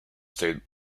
state